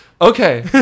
okay